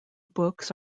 books